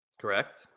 Correct